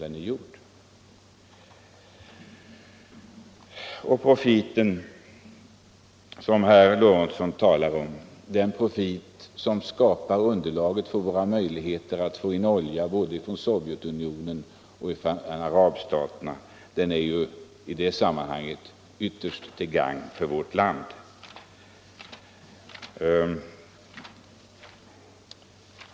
Den profit som herr Lorentzon talade om och som ger oss möjligheter att köpa olja både från Sovjetunionen och från arabstaterna är i det sammanhanget ytterst till gagn för vårt land.